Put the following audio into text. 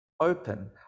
open